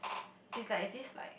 is like a dislike